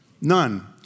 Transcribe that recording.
None